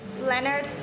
Leonard